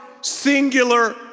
singular